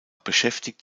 beschäftigt